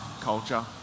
culture